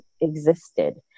existed